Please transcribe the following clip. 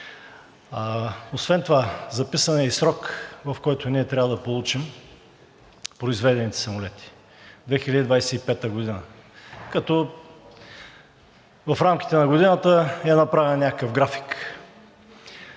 Освен това записан е и срок, в който ние трябва да получим произведените самолети – 2025 г., като в рамките на годината е направен някакъв график.